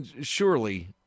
surely